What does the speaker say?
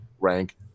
Rank